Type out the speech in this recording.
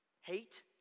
Hate